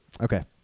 Okay